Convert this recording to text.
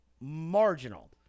Marginal